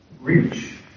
reach